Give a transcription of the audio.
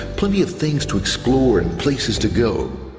plenty of things to explore and places to go.